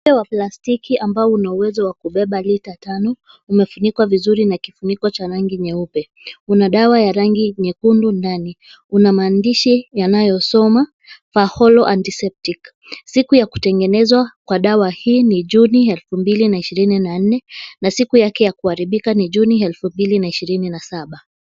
Dube la plastiki ambao una uwezo wa kubeba lita tano umefunikwa vizuri na kifuniko cha rangi nyeupe. Una dawa ya rangi nyekundu ndani. Una maandishi yanayosoma Faholo antiseptic . Siku ya kutengenezwa kwa dawa hii ni Juni elfu mbili ishirini na nne na siku yake ya kuharibika ni Juni elfu mbili ishirini na saba.